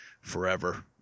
forever